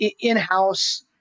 in-house